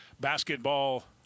Basketball